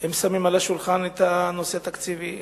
הם שמים על השולחן את הנושא התקציבי,